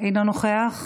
אינו נוכח.